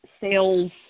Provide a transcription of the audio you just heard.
sales